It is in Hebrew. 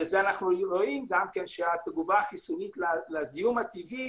אנחנו גם רואים שהתגובה החיסונית לזיהום הטבעי